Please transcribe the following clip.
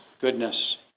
goodness